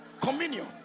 Communion